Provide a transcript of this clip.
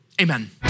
Amen